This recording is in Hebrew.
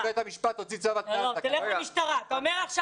אמר פה